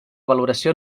valoració